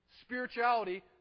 Spirituality